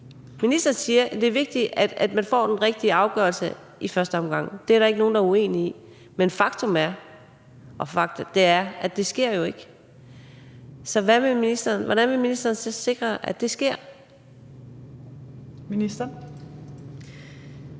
Ministeren siger, at det er vigtigt, at man får den rigtige afgørelse i første omgang, og det er der ikke nogen der er uenig i, men faktum er, at det jo ikke sker. Så hvordan vil ministeren så sikre, at det sker?